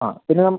ആ പിന്നെ